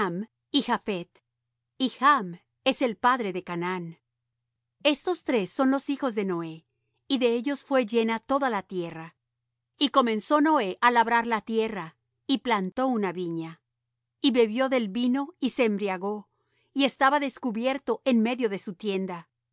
y japhet y chm es el padre de canaán estos tres son los hijos de noé y de ellos fué llena toda la tierra y comenzó noé á labrar la tierra y plantó una viña y bebió del vino y se embriagó y estaba descubierto en medio de su tienda